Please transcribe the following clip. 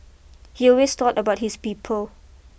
he always thought about his people